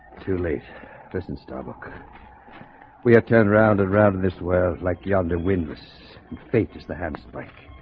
too late present starbuck we are turnaround around this world. like yonder win was fate is the ham strike